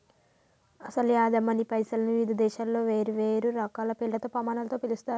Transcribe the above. అసలు యాదమ్మ నీ పైసలను వివిధ దేశాలలో వేరువేరు రకాల పేర్లతో పమానాలతో పిలుస్తారు